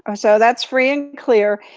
ah so that's free and clear.